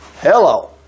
Hello